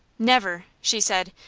never! she said,